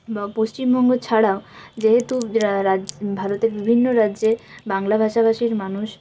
বা পশ্চিমবঙ্গ ছাড়াও যেহেতু রা রাজ ভারতের বিভিন্ন রাজ্যে বাংলা ভাষাভাষীর মানুষ